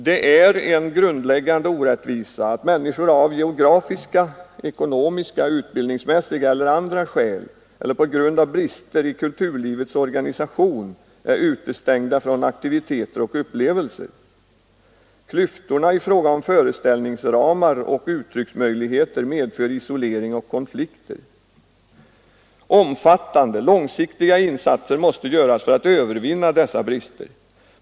Det är en grundläggande orättvisa att människor av geografiska, ekonomiska, utbildningsmässiga eller andra skäl eller på grund av brister i kulturlivets organisation är utestängda från aktiviteter och upplevelser. Klyftorna i fråga om föreställningsramar och uttrycksmöjligheter medför isolering och konflikter. Omfattande långsiktiga insatser måste göras för att övervinna dessa brister.